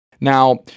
Now